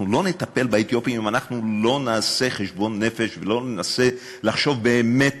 אנחנו לא נטפל באתיופים אם אנחנו לא נעשה חשבון נפש ולא ננסה לחשוב באמת